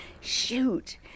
Shoot